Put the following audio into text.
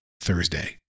Thursday